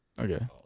Okay